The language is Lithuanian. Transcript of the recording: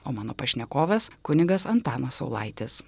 o mano pašnekovas kunigas antanas saulaitis